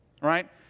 right